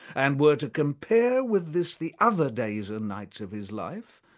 and were to compare with this the other days and nights of his life,